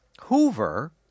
Hoover